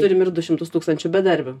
turim ir du šimtus tūkstančių bedarbių